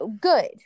good